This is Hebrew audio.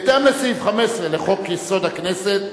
בהתאם לסעיף 15 לחוק-יסוד: הכנסת,